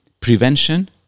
prevention